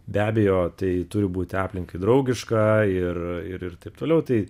be abejo tai turi būti aplinkai draugiška ir ir ir taip toliau tai